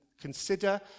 consider